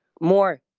More